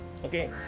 Okay